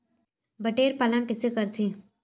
बटेर पालन कइसे करथे?